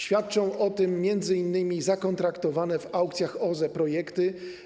Świadczą o tym m.in. zakontraktowane na aukcjach OZE projekty.